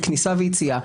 כניסה ויציאה.